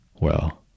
Well